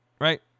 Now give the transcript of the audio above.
Right